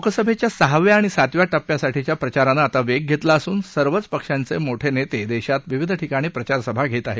लोकसभेच्या सहाव्या आणि सातव्या टप्प्यासाठीच्या प्रचारानं आता वेग घेतला असून सर्वच पक्षांचे मोठे नेते देशात विविध ठिकाणी प्रचारसभा घेत आहेत